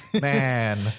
man